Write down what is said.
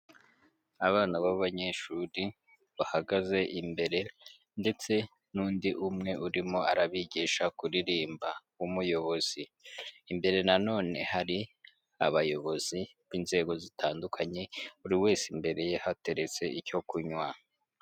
Abana b'abanyeshuri bahagaze imbere ndetse n'undi umwe urimo arabigisha kuririmba w'umuyobozi, imbere nanone hari abayobozi b'inzego zitandukanye buri wese imbere ye hateretse icyo kunywa.